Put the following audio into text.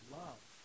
love